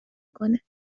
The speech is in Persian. کنه